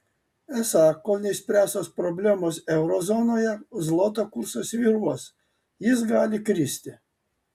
esą kol neišspręstos problemos euro zonoje zloto kursas svyruos jis gali kristi